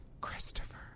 Christopher